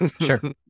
Sure